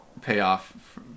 payoff